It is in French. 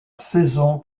saison